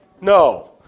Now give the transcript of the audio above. no